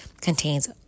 contains